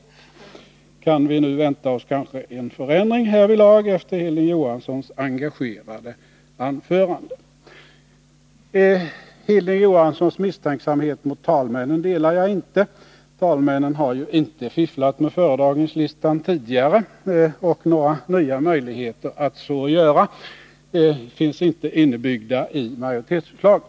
Vi kanske kan vänta oss en förändring härvidlag efter Hilding Johanssons engagerade anförande. Hilding Johans sons misstänksamhet mot talmännen delar jag inte. Talmännen har ju inte Nr 109 fifflat med föredragningslistan tidigare, och några nya möjligheter att så göra Onsdagen den finns inte inbyggda i majoritetsförslaget.